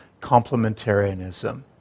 complementarianism